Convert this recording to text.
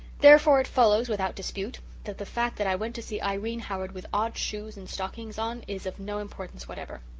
therefore, it follows without dispute that the fact that i went to see irene howard with odd shoes and stockings on is of no importance whatever.